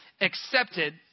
accepted